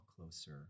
closer